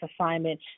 assignment